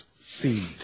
seed